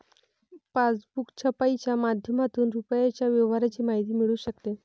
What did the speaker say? passbook छपाईच्या माध्यमातून रुपयाच्या व्यवहाराची माहिती मिळू शकते